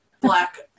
Black